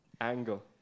angle